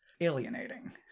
alienating